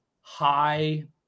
high